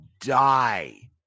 die